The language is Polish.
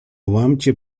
łamcie